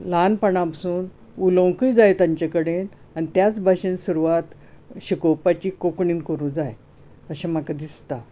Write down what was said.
ल्हानपणापसून उलोंवकूय जाय तांचे कडेन आनी त्याच भाशेन सुरुवात शिकोवपाची कोंकणीन करूंक जाय अशें म्हाका दिसता